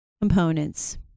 components